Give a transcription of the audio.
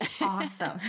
Awesome